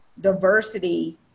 diversity